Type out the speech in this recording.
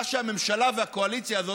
מה שהממשלה והקואליציה הזאת,